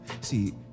See